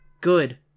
good